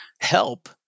help